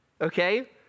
okay